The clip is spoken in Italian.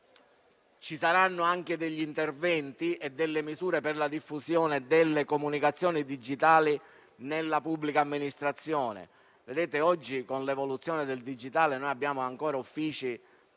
Ci saranno anche interventi e misure per la diffusione delle comunicazioni digitali nella pubblica amministrazione. Oggi, nonostante l'evoluzione del digitale, abbiamo ancora uffici